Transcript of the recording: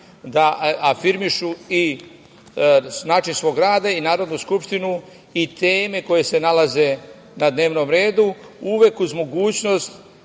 da afirmišu i način svog rada i Narodnu skupštinu i teme koje se nalaze na dnevnom redu, uvek uz mogućnost